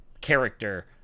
character